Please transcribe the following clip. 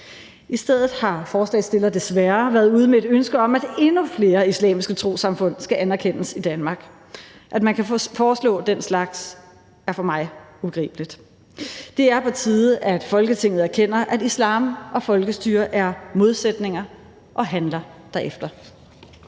I stedet har forslagsstillerne desværre været ude med endnu et ønske om, at endnu flere islamiske trossamfund skal anerkendes i Danmark. At man kan foreslå den slags er for mig ubegribeligt. Det er på tide, at Folketinget erkender, at islam og folkestyre er modsætninger, og handler derefter.